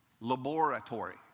laboratory